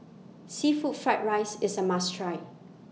Seafood Fried Rice IS A must Try